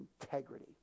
integrity